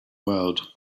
world